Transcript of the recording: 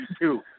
two